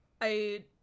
I-